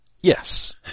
Yes